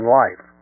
life